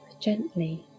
gently